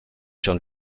schon